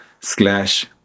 slash